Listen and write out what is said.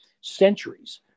centuries